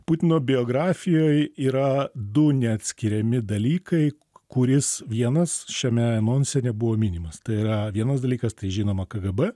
putino biografijoj yra du neatskiriami dalykai kuris vienas šiame anonse nebuvo minimas tai yra vienas dalykas tai žinoma kgb